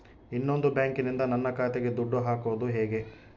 ಇನ್ನೊಂದು ಬ್ಯಾಂಕಿನಿಂದ ನನ್ನ ಖಾತೆಗೆ ದುಡ್ಡು ಹಾಕೋದು ಹೇಗೆ?